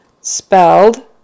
spelled